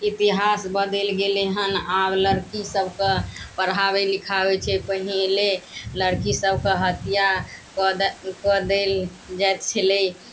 इतिहास बदलि गेलै हन आब लड़की सबके पढ़ाबै लिखाबै छै पहिने लड़की सबके हत्या कऽ देल जाइत छलै